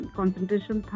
concentration